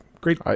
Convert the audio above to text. great